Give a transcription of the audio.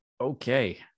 Okay